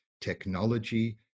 technology